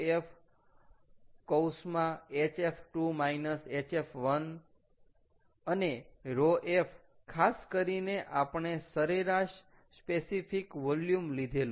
અને ρf ખાસ કરીને આપણે સરેરાશ સ્પેસિફિક વોલ્યૂમ લીધેલું